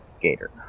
gator